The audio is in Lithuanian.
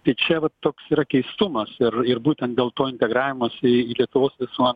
tai čia vat toks yra keistumas ir ir būtent dėl to integravimosi į lietuvos visuomenę